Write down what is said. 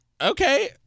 Okay